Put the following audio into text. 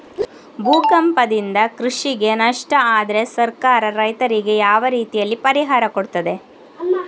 ಭೂಕಂಪದಿಂದ ಕೃಷಿಗೆ ನಷ್ಟ ಆದ್ರೆ ಸರ್ಕಾರ ರೈತರಿಗೆ ಯಾವ ರೀತಿಯಲ್ಲಿ ಪರಿಹಾರ ಕೊಡ್ತದೆ?